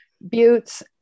buttes